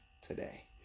today